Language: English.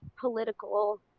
political